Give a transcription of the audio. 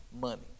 money